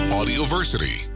Audioversity